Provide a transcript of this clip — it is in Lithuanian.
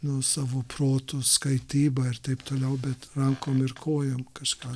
nu savo protu skaityba ir taip toliau bet rankom ir kojom kažką